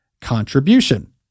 contribution